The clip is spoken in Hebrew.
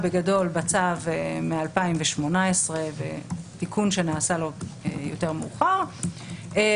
בגדול בצו מ-2018 ותיקון שנעשה לו יותר מאוחר,